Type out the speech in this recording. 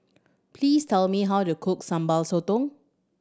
please tell me how to cook Sambal Sotong